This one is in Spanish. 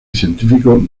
científico